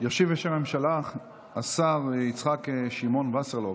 ישיב בשם הממשלה השר יצחק שמעון וסרלאוף,